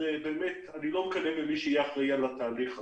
אני באמת לא מקנא במי שיהיה אחראי על התהליך הזה.